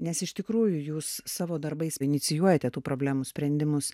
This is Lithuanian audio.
nes iš tikrųjų jūs savo darbais inicijuojate tų problemų sprendimus